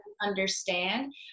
understand